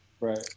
right